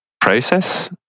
process